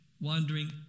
wandering